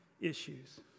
issues